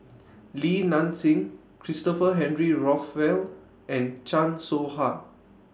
Li Nanxing Christopher Henry Rothwell and Chan Soh Ha